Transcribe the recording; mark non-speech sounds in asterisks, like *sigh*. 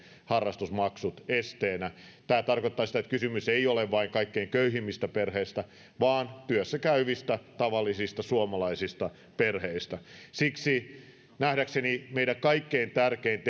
harrastusmaksut esteenä tämä tarkoittaa sitä että kysymys ei ole vain kaikkein köyhimmistä perheistä vaan työssä käyvistä tavallisista suomalaisista perheistä siksi nähdäkseni meidän kaikkein tärkein *unintelligible*